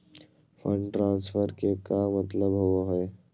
Fund transfer के का मतलब होव हई?